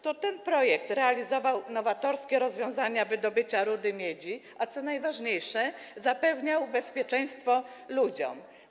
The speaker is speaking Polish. To ten projekt realizował nowatorskie rozwiązania dotyczące wydobycia rudy miedzi, a co najważniejsze, zapewniał bezpieczeństwo ludziom.